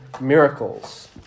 miracles